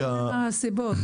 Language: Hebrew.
לא משנה מה הסיבות,